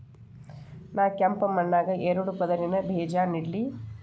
ನಾ ಕೆಂಪ್ ಮಣ್ಣಾಗ ಎರಡು ಪದರಿನ ಬೇಜಾ ನೆಡ್ಲಿ?